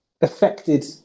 affected